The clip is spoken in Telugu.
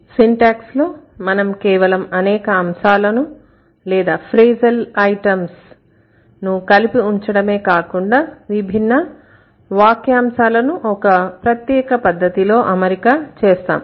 సింటాక్స్ లో మనం కేవలం అనేక అంశాలను లేదా ఫ్రెజల్ ఐటమ్స్ కలిపి ఉంచడమే కాకుండా విభిన్న వాక్యంశాలను ఒక ప్రత్యేక పద్ధతిలో అమరిక చేస్తాం